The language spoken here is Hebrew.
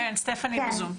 כן, סטפאני בזום.